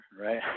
right